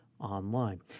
online